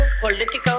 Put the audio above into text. political